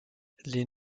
les